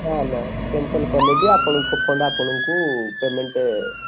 ନା ନା କ୍ୟାନସଲ୍ କଲେବି ଆପଣଙ୍କ ଫଣ୍ଡ ଆପଣଙ୍କୁ ପେମେଣ୍ଟ